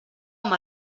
amb